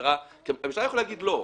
המשטרה יכולה לומר לא.